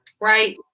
right